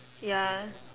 ya